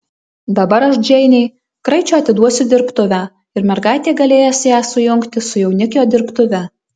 dabar aš džeinei kraičio atiduosiu dirbtuvę ir mergaitė galės ją sujungti su jaunikio dirbtuve